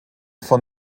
von